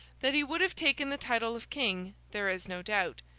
that he would have taken the title of king there is no doubt,